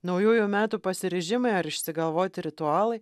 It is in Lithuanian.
naujųjų metų pasiryžimai ar išsigalvoti ritualai